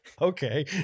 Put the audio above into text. Okay